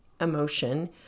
emotion